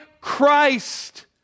Christ